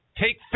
Take